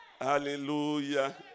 Hallelujah